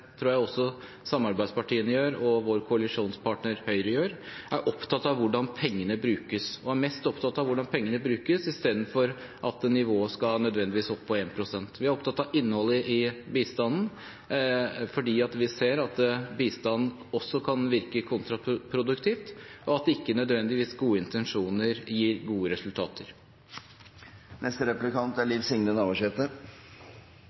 tror jeg det også er for våre samarbeidspartier og for vår koalisjonspartner Høyre, hvordan pengene brukes. Man er mest opptatt av hvordan pengene brukes istedenfor at nivået nødvendigvis skal opp på 1 pst. Vi er opptatt av innholdet i bistanden fordi vi ser at bistanden også kan virke kontraproduktivt, og at gode intensjoner ikke nødvendigvis gir gode resultater.